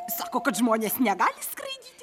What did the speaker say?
sako kad žmonės negali skraidyti